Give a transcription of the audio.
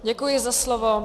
Děkuji za slovo.